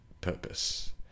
purpose